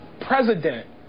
president